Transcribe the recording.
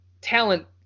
talent